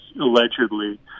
allegedly